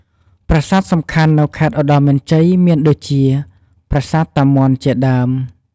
ប្រាសាទសំខាន់នៅខេត្តឧត្តរមានជ័យមាន ដូចជា ប្រាសាទ តាមាន់ជាដើម។